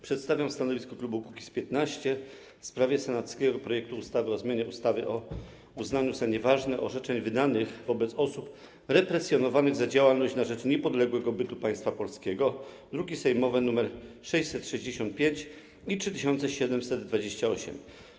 Przedstawiam stanowisko klubu Kukiz’15 w sprawie senackiego projektu ustawy o zmianie ustawy o uznaniu za nieważne orzeczeń wydanych wobec osób represjonowanych za działalność na rzecz niepodległego bytu Państwa Polskiego, druki sejmowe nr 665 i 3728.